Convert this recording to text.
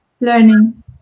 learning